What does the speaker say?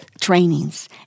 trainings